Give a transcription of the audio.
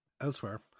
Elsewhere